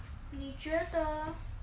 你觉得